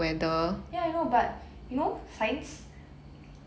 ya I know but you know science